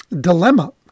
dilemma